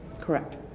Correct